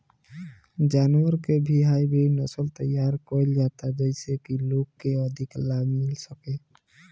जानवर के भी हाईब्रिड नसल तैयार कईल जाता जेइसे की लोग के अधिका लाभ मिल सके